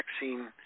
vaccine